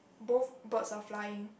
both birds are flying